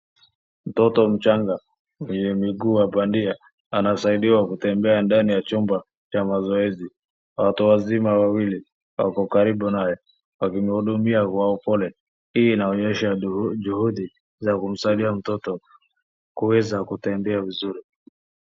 Mtoto mchanga mwenye miguu ya bandia anasaidiwa kutembea ndani ya chumba cha mazoezi. Watu wazima wawili wako karibu naye wakimhudumia kwa upole. Hii inaonyesha juhudi za kumsaidia mtoto kuweza kutembea vizuri.